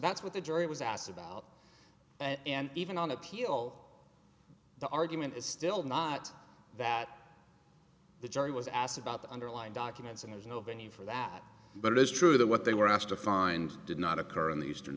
that's what the jury was asked about and even on appeal the argument is still not that the jury was asked about the underlying documents and there's no venue for that but it is true that what they were asked to find did not occur in the eastern